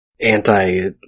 anti